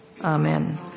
amen